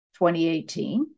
2018